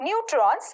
neutrons